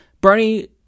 bernie